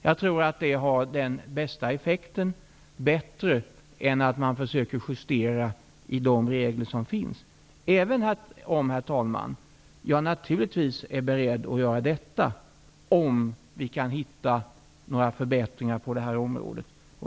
Jag tror att det har den bästa effekten. Det är bättre än att man försöker justera i de regler som finns, även om, herr talman, jag naturligvis är beredd att göra detta om vi kan hitta några förbättringar på det här området.